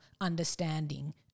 understanding